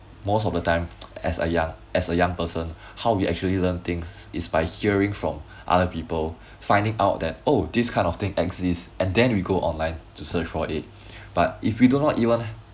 most of the time as a young as a young person how we actually learn things is by hearing from other people finding out that oh this kind of thing exists and then we go online to search for it but if we do not even